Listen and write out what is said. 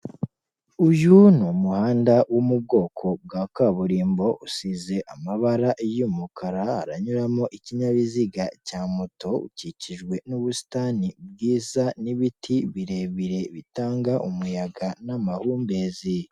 Uyu ni umuhanda wo mu bwoko bwa kaburimbo usize amabara y'umukara, haranyuramo ikinyabiziga cya moto, ukikijwe n'ubusitani bwiza n'ibiti birebire bitanga umuyaga n'amahumbezi.